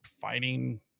fighting